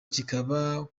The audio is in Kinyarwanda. kikaba